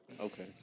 Okay